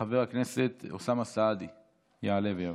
חבר הכנסת אוסאמה סעדי יעלה ויבוא.